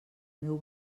meu